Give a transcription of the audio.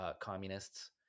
communists